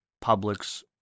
public's